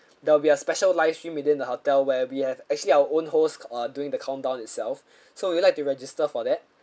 there will be a special live stream within the hotel where we have actually our own hosts uh doing the countdown itself so would you like to register for that